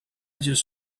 just